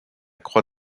croix